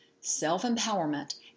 self-empowerment